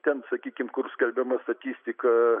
ten sakykim kur skelbiama statistika